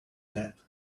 that